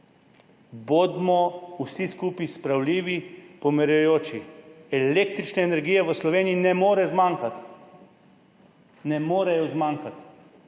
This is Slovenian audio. bodimo vsi skupaj spravljivi, pomirjujoči. Električne energije v Sloveniji ne more zmanjkati. Ne more se narediti,